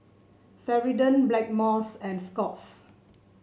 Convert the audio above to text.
Ceradan Blackmores and Scott's